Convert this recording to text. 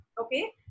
okay